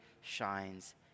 shines